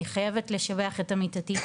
אני חייבת לשבח את עמיתתי,